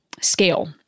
scale